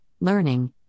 learning